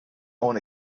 own